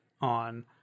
on